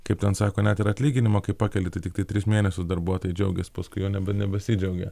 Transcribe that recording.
kaip ten sako net ir atlyginimą kai pakelti tai tiktai tris mėnesius darbuotojai džiaugias paskui jau nebe nebesidžiaugia